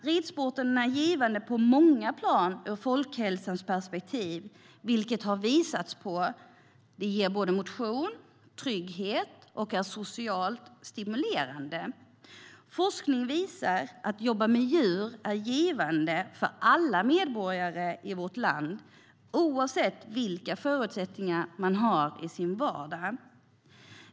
Ridsporten är givande på många plan ur folkhälsoperspektiv. Det har visats att den ger både motion och trygghet och är socialt stimulerande. Forskning visar att arbete med djur är givande för alla medborgare i vårt land oavsett vilka förutsättningar man har i sin vardag.